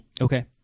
Okay